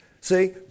See